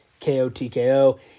KOTKO